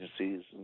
agencies